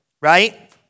right